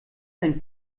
ein